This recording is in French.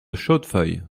chaudefeuille